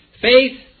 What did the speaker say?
Faith